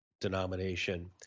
denomination